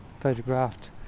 photographed